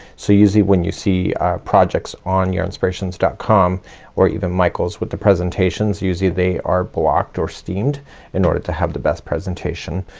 so usually when you see projects on yarnspirations dot com or even michaels with the presentations usually they are blocked or steamed in order to have the best presentation.